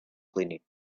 cleaning